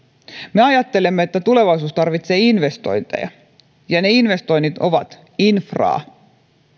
me ajattelemme että tulevaisuus tarvitsee investointeja ne investoinnit ovat infraa ne ovat